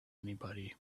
anybody